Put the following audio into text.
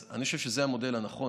אני חושב שזה המודל הנכון,